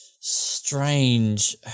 strange